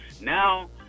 now